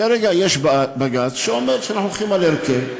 כרגע יש בג"ץ שאומר שאנחנו הולכים על הרכב.